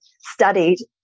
studied